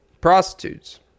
prostitutes